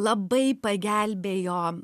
labai pagelbėjo